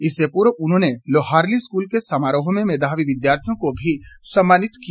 इससे पूर्व उन्होंने लोहारली स्कूल के समारोह में मेधावी विद्यार्थियों को सम्मानित किया